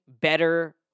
better